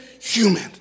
human